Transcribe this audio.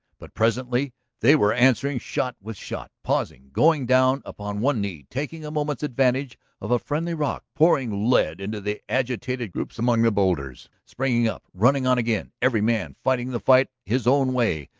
but presently they were answering shot with shot, pausing, going down upon one knee, taking a moment's advantage of a friendly rock, pouring lead into the agitated groups among the boulders, springing up, running on again, every man fighting the fight his own way,